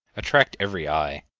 attract every eye,